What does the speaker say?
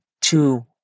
two